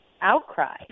outcry